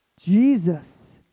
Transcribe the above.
Jesus